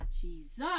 Jesus